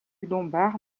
lombard